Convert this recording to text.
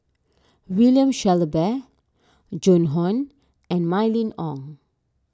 William Shellabear Joan Hon and Mylene Ong